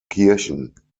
kirchen